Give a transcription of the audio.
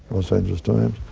los angeles times,